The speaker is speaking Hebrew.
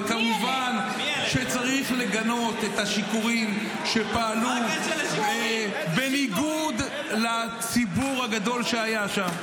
וכמובן שצריך לגנות את השיכורים שפעלו בניגוד לציבור הגדול שהיה שם.